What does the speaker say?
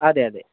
അതെ അതെ